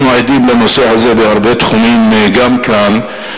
אנחנו עדים לזה בהרבה תחומים, גם כאן.